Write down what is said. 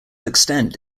extent